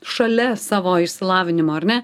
šalia savo išsilavinimo ar ne